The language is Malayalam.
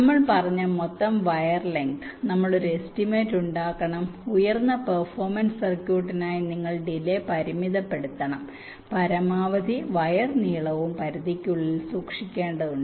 നമ്മൾ പറഞ്ഞ മൊത്തം വയർ ലെങ്ത് നമ്മൾ ഒരു എസ്റ്റിമേറ്റ് ഉണ്ടാക്കണം ഉയർന്ന പെർഫോമൻസ് സർക്യൂട്ടിനായി നിങ്ങൾ ഡിലെ പരിമിതപ്പെടുത്തണം പരമാവധി വയർ നീളവും പരിധിക്കുള്ളിൽ സൂക്ഷിക്കേണ്ടതുണ്ട്